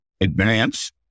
advance